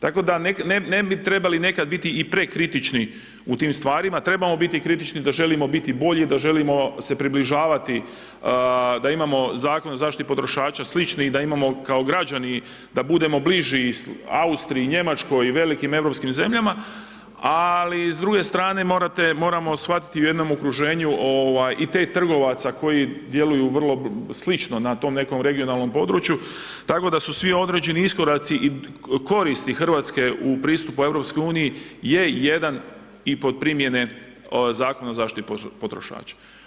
Tako da ne bi trebalo nekad biti i prekritični u tim stvarima, trebamo biti kritični da želimo biti bolji, da želimo se približavati, da imamo Zakon o zaštiti potrošača, slični i da imamo kako građani, da budemo bliži Austriji, Njemačkoj i velikim europskim zemljama ali s druge strane moramo shvatiti u jednom okruženju i te trgovce koji djeluju vrlo slično na tom nekom regionalnom području tako da su svi određeni iskoraci i koristi Hrvatske u pristupu u EU-u je jedan i pod primjene Zakona o zaštiti potrošača.